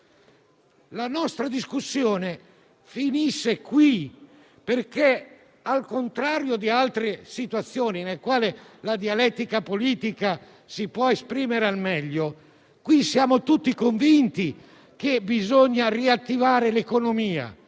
La nostra discussione finisce qui perché, al contrario di altre situazioni in cui la dialettica politica si può esprimere al meglio, siamo tutti convinti che bisogna riattivare l'economia,